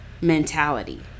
mentality